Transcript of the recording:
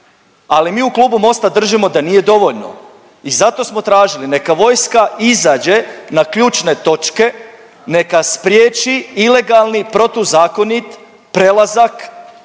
ali mi u klubu Mosta držimo da nije dovoljno i zato smo tražili neka vojska izađe na ključne točke, neka spriječi ilegalni protuzakonit prelazak